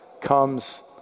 comes